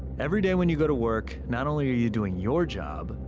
everyday when you go to work, not only are you doing your job,